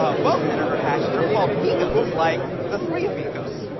ah well, senator hatch, they're called migos like the three amigos.